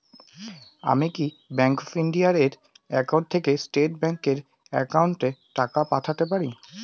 আমি কি bank of India এর একাউন্ট থেকে স্টেট ব্যাংক এর একাউন্টে টাকা পাঠাতে পারি?